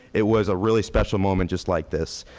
it was a really special moment just like this.